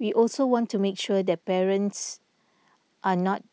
we also want to make sure that parents are not